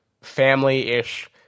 family-ish